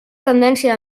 tendència